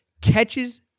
catches